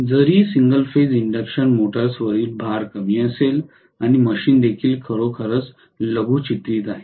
जरी single phase induction मोटर्सवरील भार कमी असेल आणि मशीन देखील खरोखरच लघुचित्रित आहे